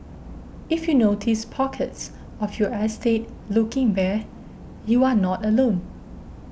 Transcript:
if you notice pockets of your estate looking bare you are not alone